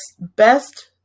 best